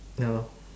ya lor